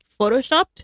photoshopped